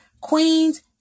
queens